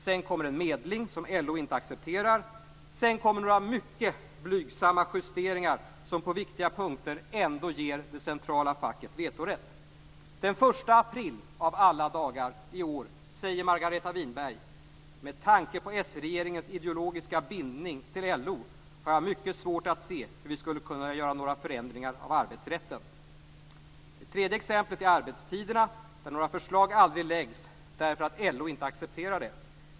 Sedan kommer en medling som LO inte accepterar. Sedan kommer några mycket blygsamma justeringar, som på viktiga punkter ändå ger det centrala facket vetorätt. Winberg: "Med tanke på s-regeringens ideologiska bindning till LO har jag mycket svårt se att vi skulle kunna göra några nya förändringar av arbetsrätten." Det tredje exemplet är arbetstiderna, där några förslag aldrig läggs fram därför att LO inte accepterar det.